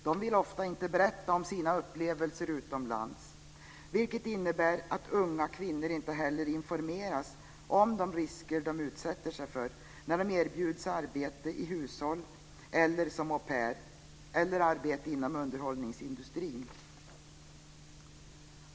De vill ofta inte berätta om sina upplevelser utomlands, vilket innebär att unga kvinnor inte heller informeras om de risker de utsätter sig för när de erbjuds arbete i hushåll, som au-pair eller arbete inom underhållningsindustrin.